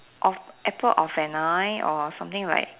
of apple of an eye or something like